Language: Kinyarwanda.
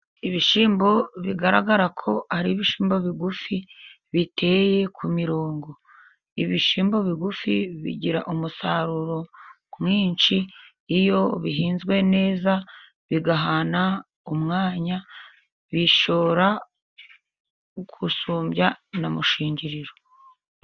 Ibishyimbo bigaragarako ari ibishyimbo bigufi biteye ku mirongo, ibishyimbo bigufi bigira umusaruro mwinshi iyo bihinzwe neza bigahana umwanya, bishora gusumbya na mushingiriro.